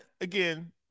again